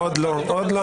עוד לא, עוד לא.